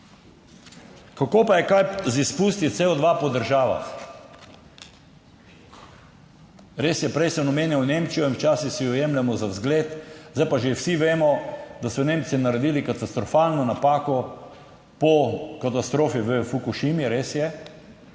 Kako pa je kaj z izpusti CO2 po državah? Res je, prej sem omenjal Nemčijo in včasih si jo jemljemo za vzgled, zdaj pa že vsi vemo, da so Nemci naredili katastrofalno napako po katastrofi v Fukušimi. Res je.